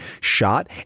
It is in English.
shot